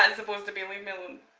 and supposed to be leave me um